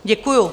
Děkuju.